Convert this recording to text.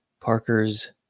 Parker's